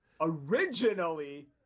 originally